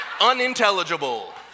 unintelligible